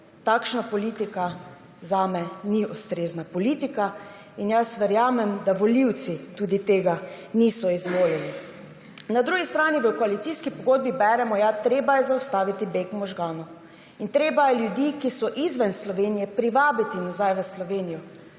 Takšna politika zame ni ustrezna politika. In jaz verjamem, da volivci tudi tega niso izvolili. Na drugi strani v koalicijski pogodbi beremo, ja, treba je zaustaviti beg možganov. In treba je ljudi, ki so izven Slovenije, privabiti nazaj v Slovenijo.